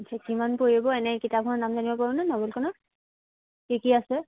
পিছে কিমান পৰিব এনেই কিতাপখনৰ দাম জানিব পাৰোঁ নভেলখনৰ কি কি আছে